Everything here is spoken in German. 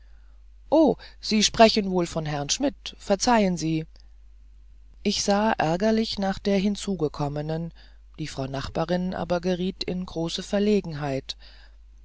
o sie sprechen wohl von herrn schmidt verzeihen sie ich sah ärgerlich nach der hinzugekommenen die frau nachbarin aber geriet in große verlegenheit